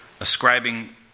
ascribing